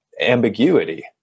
ambiguity